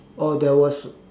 oh there was